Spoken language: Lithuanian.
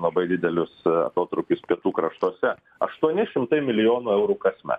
labai didelius atotrūkius pietų kraštuose aštuoni šimtai milijonų eurų kasmet